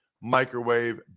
Microwave